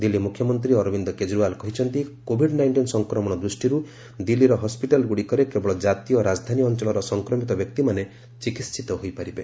ଦିଲ୍ଲୀ ମୁଖ୍ୟମନ୍ତ୍ରୀ ଅରବିନ୍ଦ କେଜରିଓ୍ବାଲ କହିଛନ୍ତି Covid nineteen ସଂକ୍ରମଣ ଦୃଷ୍ଟିରୁ ଦିଲ୍ଲୀର ହସ୍କିଟାଲଗୁଡ଼ିକରେ କେବଳ ଜାତୀୟ ରାଜଧାନୀ ଅଂଚଳର ସଂକ୍ରମିତ ବ୍ୟକ୍ତିମାନେ ଚିକିିିିତ ହୋଇପାରିବେ